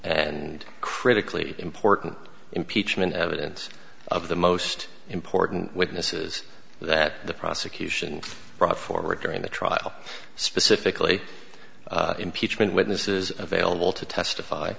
and critically important impeachment evidence of the most important witnesses that the prosecution brought forward during the trial specifically impeachment witnesses available to testify